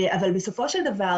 אבל בסופו של דבר,